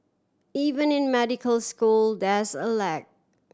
even in medical school there's a lag